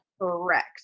correct